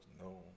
no